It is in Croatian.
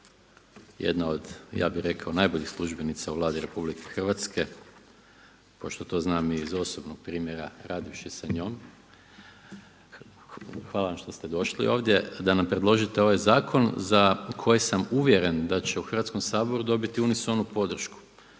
jedna od ja bih rekao najboljih službenica u Vladi RH pošto to znam i iz osobnog primjera radivši sa njom. Hvala vam što ste došli ovdje da nam predložite ovaj zakon za koji sam uvjeren da će u Hrvatskom saboru dobiti unisonu podršku